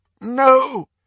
No